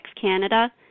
Canada